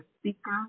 speaker